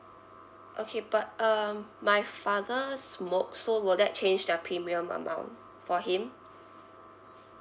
okay but um my father smokes so will that change the premium amount for him